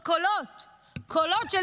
לעשות קולות של,